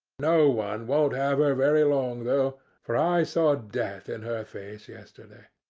no one won't have her very long though, for i saw death in her face yesterday.